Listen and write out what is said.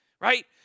right